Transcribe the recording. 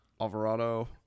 Alvarado